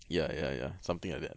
ya ya ya something like that